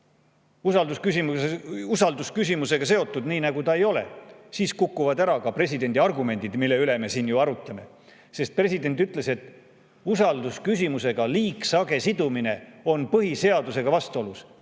usaldusküsimusega seotud, nii nagu ta ei ole, siis kukuvad ära ka presidendi argumendid, mille üle me siin ju arutleme. Sest president ütles, et liigsage sidumine usaldusküsimusega on põhiseadusega vastuolus,